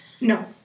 No